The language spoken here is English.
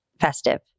festive